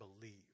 believe